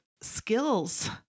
skills